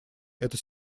это